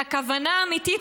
והכוונה האמיתית,